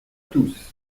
tous